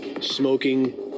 smoking